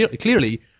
clearly